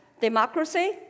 democracy